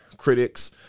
Critics